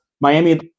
Miami